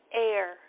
air